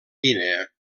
guinea